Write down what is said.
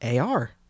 AR